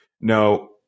No